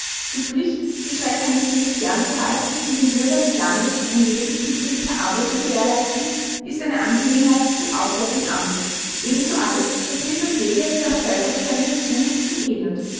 die pflicht die schrecken eines krieges fernzuhalten und den bürgern des landes ein leben in friedlicher arbeit zu gewährleisten ist eine angelegenheit des auswärtigen amtes ebenso alles was mittel und wege zu einer völkerverständigung sucht und ebnet